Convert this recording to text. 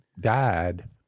died